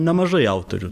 nemažai autorių